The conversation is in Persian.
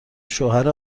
شوهر